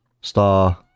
star